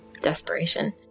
desperation